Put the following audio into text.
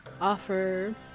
offer